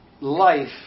life